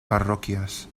parroquias